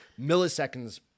milliseconds